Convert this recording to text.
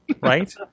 Right